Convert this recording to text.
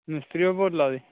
मिस्त्री होर बोल्ला दे